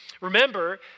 Remember